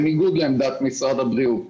בניגוד לעמדת משרד הבריאות שלנו,